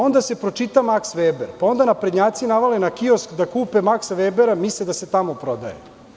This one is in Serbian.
Onda se pročita Maks Veber, pa naprednjaci navale na kiosk da kupe Marksa Vebera jer misle da se tamo prodaje.